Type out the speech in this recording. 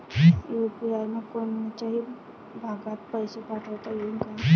UPI न कोनच्याही भागात पैसे पाठवता येईन का?